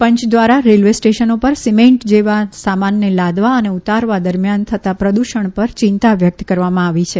પંચ દ્વારા રેલવે સ્ટેશનો પર સિમેન્ટ જેવા સામાનને લાદવા અને ઉતારવા દરમ્યાન થતા પ્રદૂષણ પર ચિંતા વ્યક્ત કરવામાં આવી છે